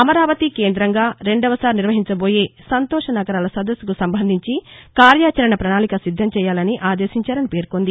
అమరావతి కేందంగా రెండోసారి నిర్వహించబోయే సంతోష నగరాల సదస్సుకు సంబంధించి కార్యాచరణ పణాళిక సిద్దం చేయాలని ఆదేశించారని పేర్కొంది